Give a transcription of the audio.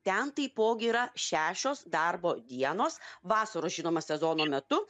ten taipogi yra šešios darbo dienos vasaros žinoma sezono metu